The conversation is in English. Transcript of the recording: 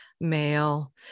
male